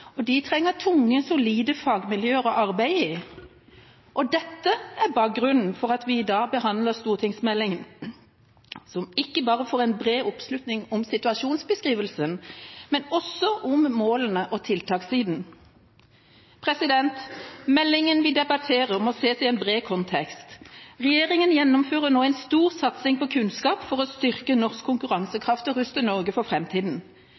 arenaen. De trenger tunge og solide fagmiljøer å arbeide i. Dette er bakgrunnen for at vi i dag behandler en stortingsmelding som ikke bare får bred oppslutning om situasjonsbeskrivelsen, men også om målene og om tiltakssiden. Meldingen vi debatterer, må sees i en bred kontekst. Regjeringa gjennomfører nå en stor satsing på kunnskap for å styrke norsk konkurransekraft og ruste Norge for